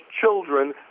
children